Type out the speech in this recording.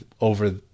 over